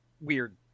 weird